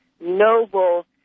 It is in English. noble